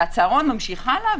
והצהרון ממשיך הלאה,